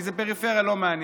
כי זה פריפריה ולא מעניין.